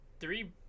three